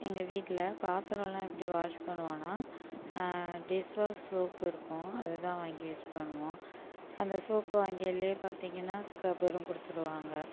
எங்கள் வீட்டில் பாத்திரம்லாம் எப்படி வாஷ் பண்ணுவோன்னால் டிஷ் வாஷ் சோப்பு இருக்கும் அதை தான் வாங்கி யூஸ் பண்ணுவோம் அந்த சோப் வாங்கையில் பார்த்தீங்கன்னா ஸ்க்ரப்பரும் கொடுத்துடுவாங்க